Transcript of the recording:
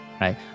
Right